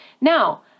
Now